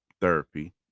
therapy